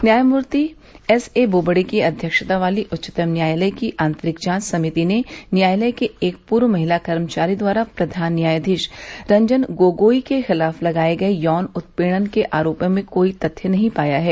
न्यायमूर्ति S A Bobde की अध्यक्षता वाली उच्चतम न्यायालय की आतंरिक जांच समिति ने न्यायालय के एक पूर्व महिला कर्मचारी द्वारा प्रधान न्यायाधीश रंजन गोगोई के खिलाफ लगाये गये यौन उत्पीड़न के आरोपों में कोई तथ्य नहीं पाया है